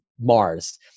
Mars